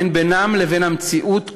אין בינם לבין המציאות כלום.